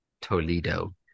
Toledo